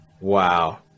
wow